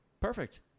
Perfect